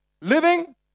living